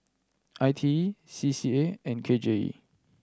I T E C C A and K J E